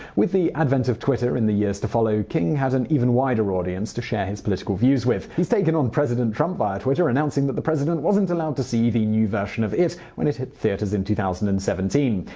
with the advent of twitter in the years to follow, king had an even wider audience to share his political views with. he's take on president trump via twitter, announcing that the president wasn't allowed to see the new version of it when it hit theaters in two thousand and seventeen.